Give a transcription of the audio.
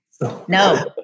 No